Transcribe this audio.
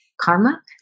karma